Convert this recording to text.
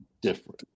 different